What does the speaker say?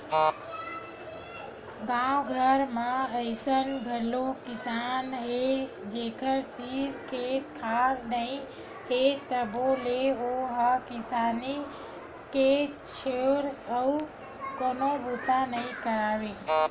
गाँव घर म अइसन घलोक किसान हे जेखर तीर खेत खार नइ हे तभो ले ओ ह किसानी के छोर अउ कोनो बूता नइ करय